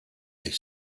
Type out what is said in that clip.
est